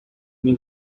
mil